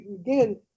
again